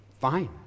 Fine